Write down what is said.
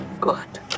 good